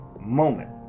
moment